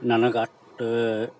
ನನಗೆ ಅಟ್ಟ